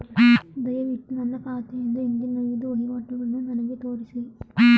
ದಯವಿಟ್ಟು ನನ್ನ ಖಾತೆಯಿಂದ ಹಿಂದಿನ ಐದು ವಹಿವಾಟುಗಳನ್ನು ನನಗೆ ತೋರಿಸಿ